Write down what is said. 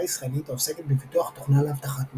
ישראלית העוסקת בפיתוח תוכנה לאבטחת מידע,